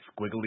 squiggly